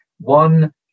one